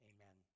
Amen